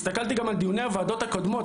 הסתכלתי גם על דיוני הוועדות הקודמות,